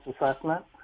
assessment